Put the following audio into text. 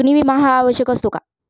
अग्नी विमा हा आवश्यक असतो का?